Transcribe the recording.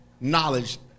knowledge